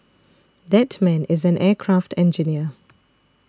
that man is an aircraft engineer